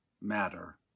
matter